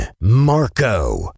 Marco